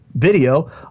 Video